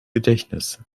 gedächtnis